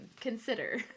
consider